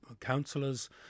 councillors